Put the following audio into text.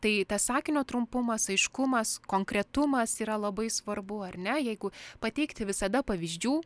tai tas sakinio trumpumas aiškumas konkretumas yra labai svarbu ar ne jeigu pateikti visada pavyzdžių